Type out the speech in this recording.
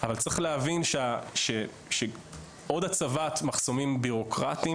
אבל צריך להבין שהצבה של עוד מחסומים בירוקרטיים,